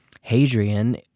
Hadrian